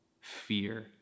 fear